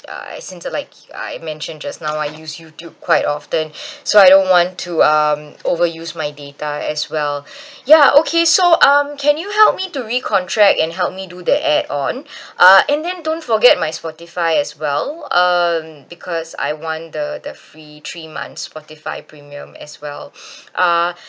uh since like I mentioned just now I use youtube quite often so I don't want to um overuse my data as well ya okay so um can you help me to recontract and help me do the add on uh and then don't forget my spotify as well um because I want the the free three months spotify premium as well uh